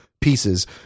pieces